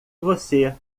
você